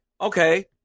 okay